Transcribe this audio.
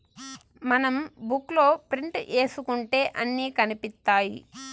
మనం బుక్ లో ప్రింట్ ఏసుకుంటే అన్ని కనిపిత్తాయి